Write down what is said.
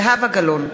אינו נוכח זהבה גלאון,